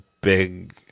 big